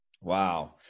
Wow